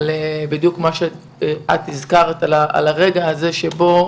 על מה שאת הזכרת, על הרגע שבו